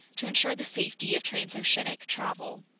to insure the safety of transoceanic travel.